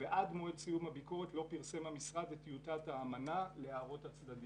ועד מועד סיום הביקורת לא פרסם המשרד את טיוטת האמנה להערות הצדדים.